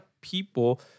people